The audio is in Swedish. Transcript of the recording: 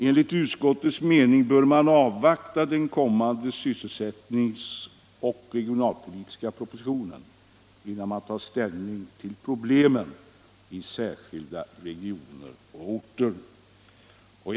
Enligt utskottets mening bör man avvakta den kommande sysselsättnings och regionalpolitiska propositionen, innan man tar ställning till problemen i särskilda regioner och orter.